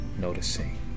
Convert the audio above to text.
noticing